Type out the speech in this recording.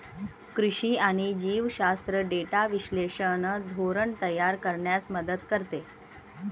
कृषी आणि जीवशास्त्र डेटा विश्लेषण धोरण तयार करण्यास मदत करते